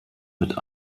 mit